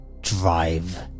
drive